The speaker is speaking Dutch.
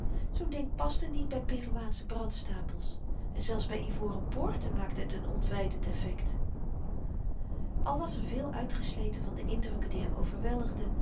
zoo'n ding paste niets by peruaansche brandstapels en zelfs by ivoren poorten maakte het n ontwydend effekt al was er veel uitgesleten van de indrukken die hem overweldigden